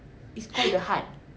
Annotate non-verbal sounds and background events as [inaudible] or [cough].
[laughs]